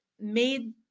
made